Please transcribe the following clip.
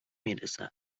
میرسد